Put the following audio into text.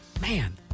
man